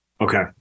Okay